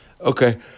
Okay